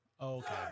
Okay